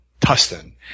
Tustin